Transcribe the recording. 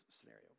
scenario